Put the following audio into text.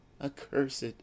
accursed